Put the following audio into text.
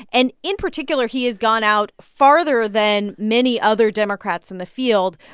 and in particular, he has gone out farther than many other democrats in the field,